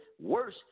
worse